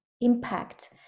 impact